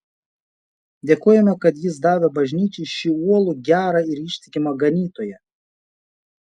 dėkojame kad jis davė bažnyčiai šį uolų gerą ir ištikimą ganytoją